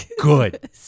good